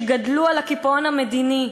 שגדלו על הקיפאון המדיני,